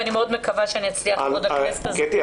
ואני מאוד מקווה שאני אצליח עוד בכנסת הזו --- קטי,